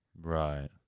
Right